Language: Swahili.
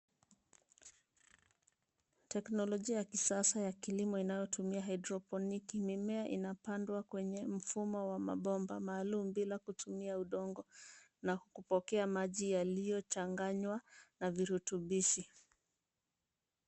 Teknolojia ya kisasa ya kilimo inayotumia hydroponiki mimea inapandwa kwenye mfumo wa mabomba maalum bila kutumia udongo na kupokea maji yaliyochanganywa na virutubishi.